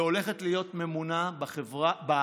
והולכת להיות ממונה בוועדה